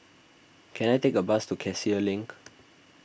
can I take a bus to Cassia Link